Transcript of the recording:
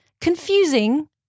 confusing